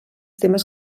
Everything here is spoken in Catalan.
temes